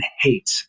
hate